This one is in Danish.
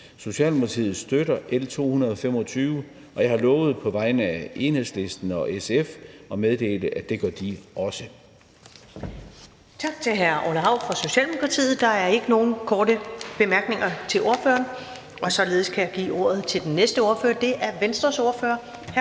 Socialdemokratiet støtter L 225. Og jeg har lovet på vegne af Enhedslisten og SF at meddele, at det gør de også.